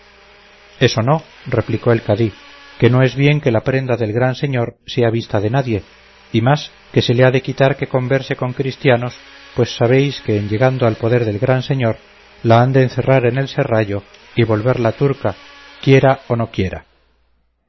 eso no replicó el cadí que no es bien que la prenda del gran señor sea vista de nadie y más que se le ha de quitar que converse con cristianos pues sabéis que en llegando a poder del gran señor la han de encerrar en el serrallo y volverla turca quiera o no quiera